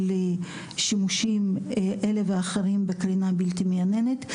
שימושים אלה ואחרים בקרינה בלתי מייננת,